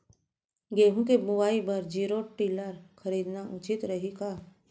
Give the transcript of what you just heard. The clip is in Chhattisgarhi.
गेहूँ के बुवाई बर जीरो टिलर खरीदना उचित रही का?